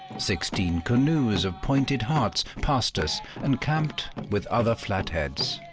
sixteen canoes of pointed hearts passed us and camped with other flatheads.